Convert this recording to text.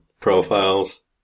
profiles